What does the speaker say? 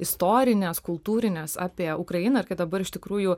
istorines kultūrines apie ukrainą ir kai dabar iš tikrųjų